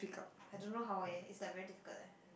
I don't know how eh it's like very difficult eh